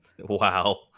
Wow